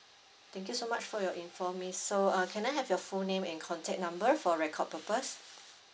thank you so much for your info miss so err can I have your full name and contact number for record purpose